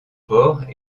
porc